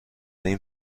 این